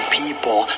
people